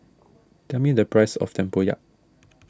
tell me the price of Tempoyak